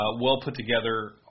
well-put-together